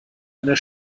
einer